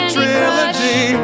Trilogy